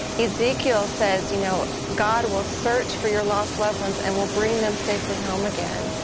ezekiel says, you know god will search for your lost loved ones and will bring them safely home again.